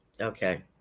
Okay